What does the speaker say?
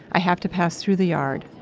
i have to pass through the yard.